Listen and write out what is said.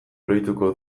oroituko